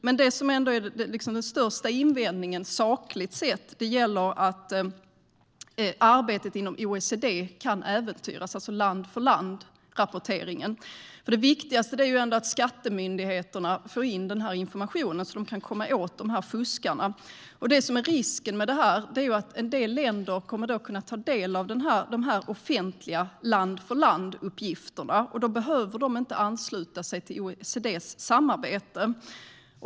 Men den största invändningen sakligt sett är att arbetet inom OECD kan äventyras, alltså land-för-land-rapporteringen. Det viktigaste är ändå att skattemyndigheterna får in informationen så att de kan komma åt fuskarna. Risken med detta är att en del länder kommer att kunna ta del av de offentliga land-för-land-rapporterna, och då behöver de inte ansluta sig till OECD:s samarbete.